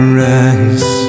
rise